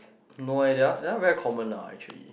no eh they are they are very common lah actually